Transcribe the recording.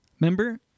Remember